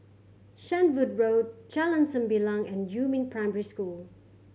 Shenvood Road Jalan Sembilang and Yumin Primary School